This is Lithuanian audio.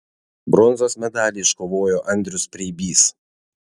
bronzos medalį iškovojo andrius preibys